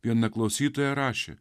viena klausytoja rašė